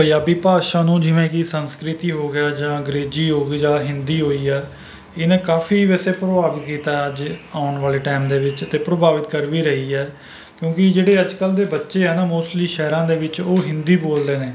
ਪੰਜਾਬੀ ਭਾਸ਼ਾ ਨੂੰ ਜਿਵੇਂ ਕਿ ਸੰਸਕ੍ਰਿਤੀ ਹੋ ਗਿਆ ਜਾਂ ਅੰਗਰੇਜ਼ੀ ਹੋ ਗਈ ਜਾਂ ਹਿੰਦੀ ਹੋਈ ਆ ਇਹਨੇ ਕਾਫ਼ੀ ਵੈਸੇ ਪ੍ਰਭਾਵਿਤ ਕੀਤਾ ਹੈ ਅੱਜ ਆਉਣ ਵਾਲੇ ਟਾਇਮ ਦੇ ਵਿੱਚ ਅਤੇ ਪ੍ਰਭਾਵਿਤ ਕਰ ਵੀ ਰਹੀ ਹੈ ਕਿਉਂਕਿ ਜਿਹੜੇ ਅੱਜ ਕੱਲ੍ਹ ਦੇ ਬੱਚੇ ਆ ਨਾ ਮੋਸਟਲੀ ਸ਼ਹਿਰਾਂ ਦੇ ਵਿੱਚ ਉਹ ਹਿੰਦੀ ਬੋਲਦੇ ਨੇ